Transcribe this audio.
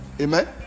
Amen